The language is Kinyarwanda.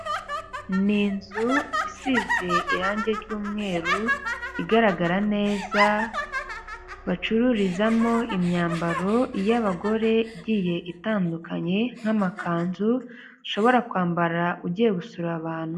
Ni inzu isize irangi ry'umweru igaragara neza bacururizamo imyambaro y'abagore igiye itandukanye nk'amakanzu ushobora kwambara ugiye gusura abantu.